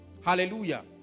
Hallelujah